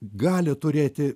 gali turėti